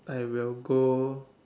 I will go